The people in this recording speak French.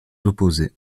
opposées